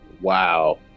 Wow